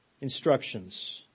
instructions